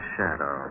Shadow